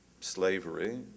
slavery